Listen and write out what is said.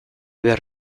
behar